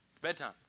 bedtime